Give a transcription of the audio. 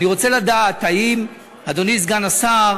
אני רוצה לדעת, אדוני סגן השר,